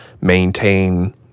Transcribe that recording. maintain